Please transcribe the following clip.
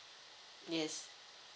yes